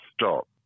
stop